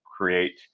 create